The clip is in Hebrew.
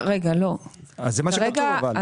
אבל זה מה שכתוב.